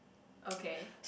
okay